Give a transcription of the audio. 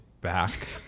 back